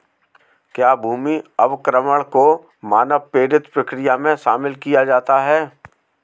क्या भूमि अवक्रमण को मानव प्रेरित प्रक्रिया में शामिल किया जाता है?